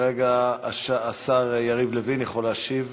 כרגע השר יריב לוין יכול להשיב